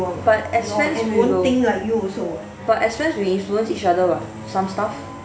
but as friends but as friends we influence each other [what] some stuff